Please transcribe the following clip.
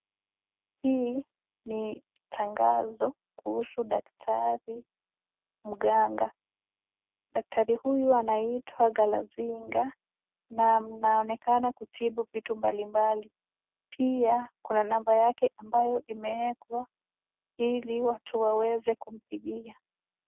Hii ni tangazo kuhusu daktari mganga. Daktari huyu anaitwa Kalasinga na anaonekana kutibu vitu mbalimbali. Pia kuna namba yake ambayo imewekwa ili watu waweze kumpigia.